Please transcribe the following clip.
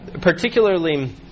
particularly